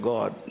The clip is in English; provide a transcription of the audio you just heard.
God